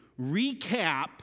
recap